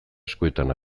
eskuetan